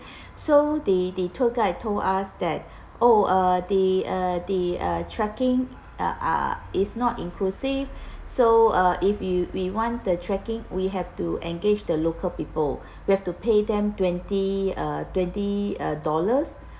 so the the tour guide told us that oh uh the uh the uh trekking ah is not inclusive so uh if you we want the trekking we have to engage the local people we have to pay them twenty uh twenty uh dollars